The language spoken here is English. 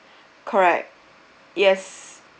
correct yes